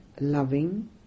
loving